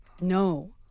No